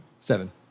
Seven